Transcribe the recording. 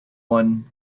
one